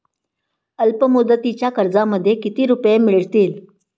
अल्पमुदतीच्या कर्जामध्ये किती रुपये मिळतील?